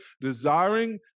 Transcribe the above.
desiring